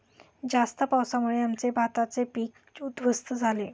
जास्त पावसामुळे आमचे भाताचे पीक उध्वस्त झाले